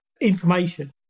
information